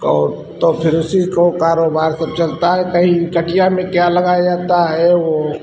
और तो फिर उसी को कारोबार सब चलता है कहीं कटिया में क्या लगाया जाता है